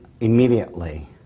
immediately